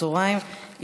16:00.